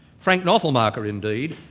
frank knopfelmacher indeed,